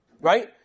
Right